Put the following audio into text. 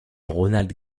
ronald